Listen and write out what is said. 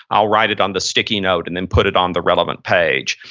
i'll write it on the sticky note and then put it on the relevant page.